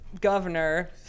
governor